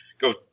Go